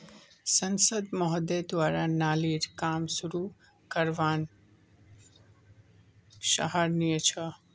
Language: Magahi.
सांसद महोदय द्वारा नालीर काम शुरू करवाना सराहनीय छ